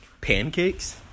pancakes